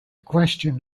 question